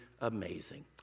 amazing